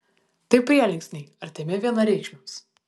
tai prielinksniai artimi vienareikšmiams